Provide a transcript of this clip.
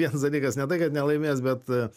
viens dalykas ne tai kad nelaimės bet